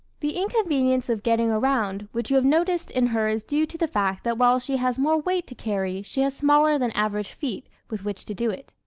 the inconvenience of getting around which you have noticed in her is due to the fact that while she has more weight to carry she has smaller than average feet with which to do it.